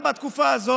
טרומית.